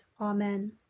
Amen